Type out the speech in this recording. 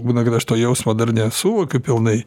būna kad aš to jausmo dar nesuvokiu pilnai